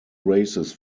races